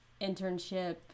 internship